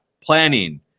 planning